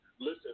Listen